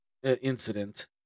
Incident